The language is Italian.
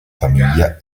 famiglia